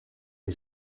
est